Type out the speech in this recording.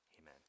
Amen